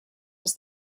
was